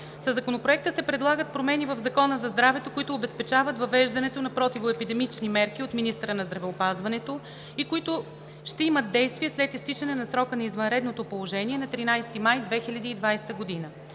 Със Законопроекта се предлагат промени в Закона за здравето, които обезпечават въвеждането на противоепидемични мерки от министъра на здравеопазването и които ще имат действие след изтичане на срока на извънредното положение на 13 май 2020 г.